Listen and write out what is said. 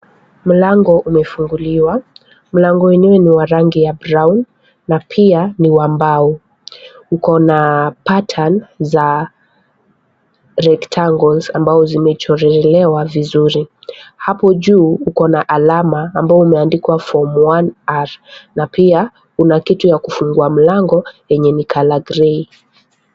Mlango umefunguliwa. Mlango wenyewe ni wa rangi ya brown , na pia ni wa mbao. Uko na pattern za rectangles , ambazo zimechorelewa vizuri. Hapo juu, uko na alama ambao umeandikwa form 1R, na pia kuna kitu ya kufungua mlango, yenye ni colour grey .